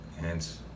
hence